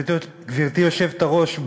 גברתי היושבת-ראש,